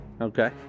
Okay